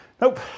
nope